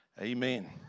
Amen